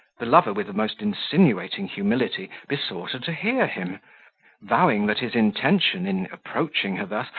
the lover, with the most insinuating humility, besought her to hear him vowing that his intention, in approaching her thus,